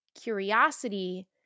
Curiosity